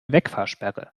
wegfahrsperre